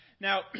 Now